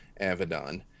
Avedon